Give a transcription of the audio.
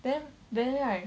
then then right